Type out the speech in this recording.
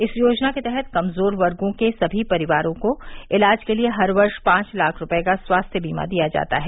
इस योजना के तहत कमजोर वर्गो के सभी परिवारों को इलाज के लिए हर वर्ष पांच लाख रूपये का स्वास्थ्य बीमा दिया जाता है